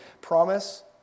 promise